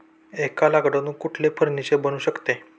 एका लाकडातून कुठले फर्निचर बनू शकते?